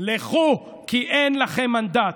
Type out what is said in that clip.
לכו, כין אין לכם מנדט.